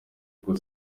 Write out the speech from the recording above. uko